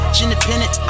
independent